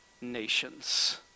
nations